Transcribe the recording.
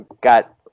Got